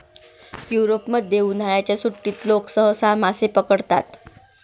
युरोपमध्ये, उन्हाळ्याच्या सुट्टीत लोक सहसा मासे पकडतात